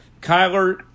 Kyler